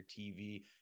tv